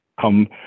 come